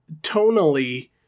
tonally